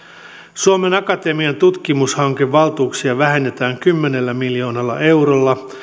suomen akatemian tutkimushankevaltuuksia vähennetään kymmenellä miljoonalla eurolla